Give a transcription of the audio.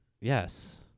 Yes